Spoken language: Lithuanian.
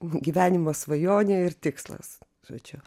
gyvenimo svajonė ir tikslas žodžiu